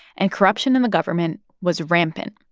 and corruption in the government was rampant.